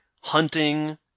Hunting